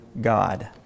God